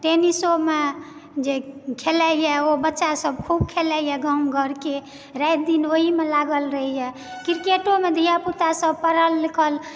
tennis ओ मे जे खेलाइया ओ बच्चा सभ खूब खेलाइया गाव घर के राति दिन ओहिमे लागल रहेइया क्रिकेट ओ मे धियापुता सभ पढ़ल लिखल